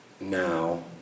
now